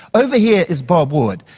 over here is bob wood.